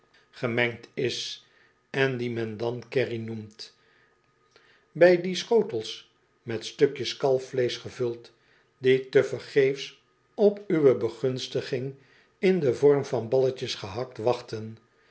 gemengd is en die men dan korry noemt bij die schotels met stukjes kalfsvleesch ge vul d d ie te vergeefs op uwe begunstiging in den vorm van balletjes gehakt wachten